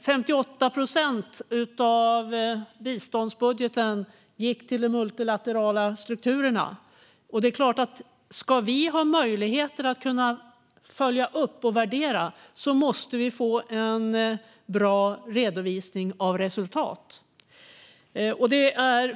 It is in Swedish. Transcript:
58 procent av biståndsbudgeten gick till de multilaterala strukturerna. Om vi ska ha möjlighet att följa upp och värdera måste vi få en bra redovisning av resultatet.